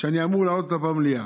שאני אמור להעלות במליאה.